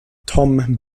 tom